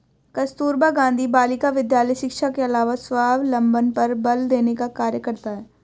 कस्तूरबा गाँधी बालिका विद्यालय शिक्षा के अलावा स्वावलम्बन पर बल देने का कार्य करता है